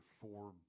four